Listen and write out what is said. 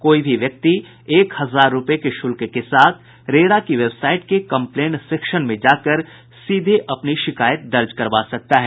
कोई भी व्यक्ति एक हजार रूपये के शुल्क के साथ रेरा की वेबसाईट के कंप्लेन सेक्शन में जाकर सीधे अपनी शिकायत दर्ज करवा सकता है